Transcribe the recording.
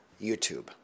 YouTube